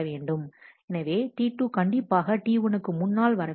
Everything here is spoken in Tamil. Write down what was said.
எனவே T2 கண்டிப்பாக T1 க்கு முன்னால் வர வேண்டும்